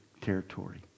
territory